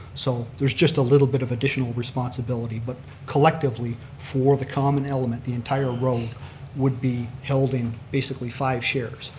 so there's just a little bit of additional responsibility but collectively for the common element, the entire road would be held in basically five shares.